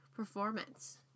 Performance